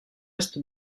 est